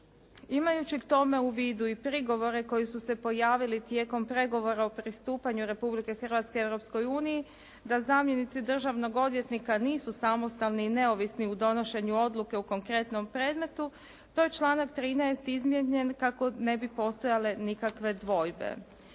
Imajući tome u vidu i prigovore koji su se pojavili tijekom pregovora o pristupanju Republike Hrvatske Europskoj uniji da zamjenici državnog odvjetnika nisu samostalni i neovisni u donošenju odluke u konkretnom predmetu to je članak 13. izmijenjen kako ne bi postojale nikakve dvojbe.